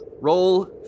Roll